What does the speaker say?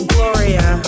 Gloria